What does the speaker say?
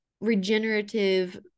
regenerative